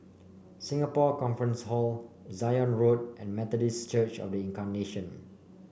Singapore Conference Hall Zion Road and Methodist Church Of The Incarnation